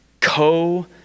co